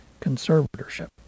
conservatorship